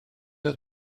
oedd